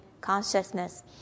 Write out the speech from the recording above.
Consciousness